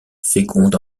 féconde